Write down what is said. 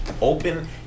open